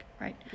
right